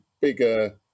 bigger